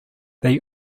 they